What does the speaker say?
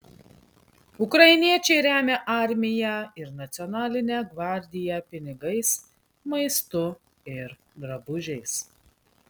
ukrainiečiai remia armiją ir nacionalinę gvardiją pinigais maistu ir drabužiais